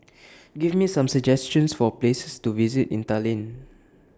Give Me Some suggestions For Places to visit in Tallinn